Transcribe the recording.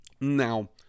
Now